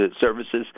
services